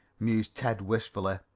mused ted wistfully.